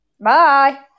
bye